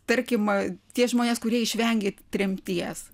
tarkim tie žmonės kurie išvengė tremties